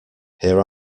here